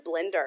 blender